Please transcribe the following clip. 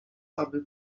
aby